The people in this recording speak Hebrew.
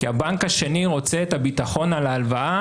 כי הבנק השני רוצה את הביטחון על ההלוואה